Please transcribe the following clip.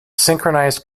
synchronized